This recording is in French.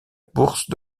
bourse